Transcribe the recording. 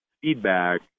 feedback